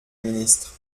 ministre